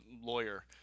lawyer